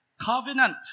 covenant